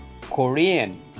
Korean